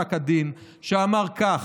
בפסק הדין, שאמר כך: